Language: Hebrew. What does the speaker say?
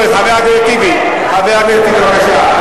חברים, 41 בעד, נגד, 17, אין נמנעים.